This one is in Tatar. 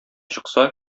чыкса